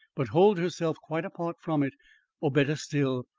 but hold herself quite apart from it or, better still,